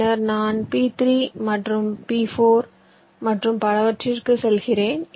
பின்னர் நான் P3 P4 மற்றும் பலவற்றிற்கு செல்கிறேன்